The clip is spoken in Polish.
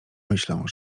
myślą